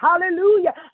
hallelujah